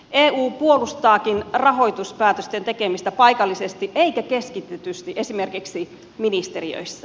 eu puolustaakin rahoituspäätösten tekemistä paikallisesti eikä keskitetysti esimerkiksi ministeriöissä